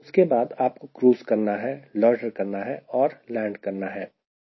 उसके बाद आपको क्रूज़ करना है लोयटर करना है और लैंड करना है